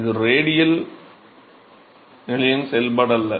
இது ரேடியல் நிலையின் செயல்பாடு அல்ல